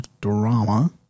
drama